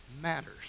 matters